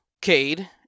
Cade